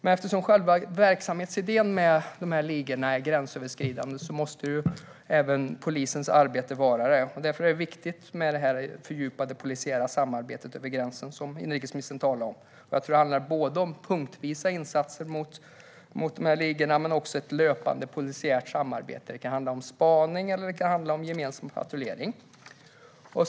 Eftersom själva verksamhetsidén för dessa ligor är gränsöverskridande måste även polisens arbete vara det. Därför är det viktigt med det fördjupade polisiära samarbetet över gränsen, som inrikesministern talade om. Jag tror att det handlar om punktvisa insatser mot ligorna men också om ett löpande polisiärt samarbete. Det kan handla om spaning, eller det kan handla om gemensam patrullering.